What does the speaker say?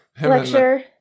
Lecture